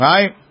Right